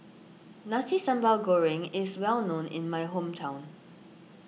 Nasi Sambal Goreng is well known in my hometown